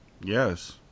Yes